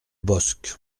bosc